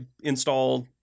installed